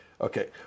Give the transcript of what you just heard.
okay